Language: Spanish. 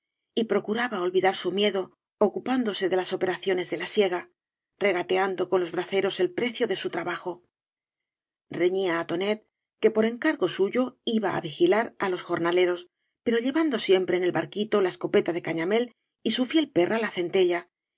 y procuraba olvidar su miedo ocupándose de las operaciones de la siega regateando con los braceros el precio do bu trabajo reñía á tonet que por encargo suyo iba á vigilar á los jornaleros pero llevando siempre en el barquito la escopeta de gañamél y su fiel perra la centella